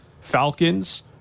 Falcons